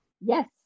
Yes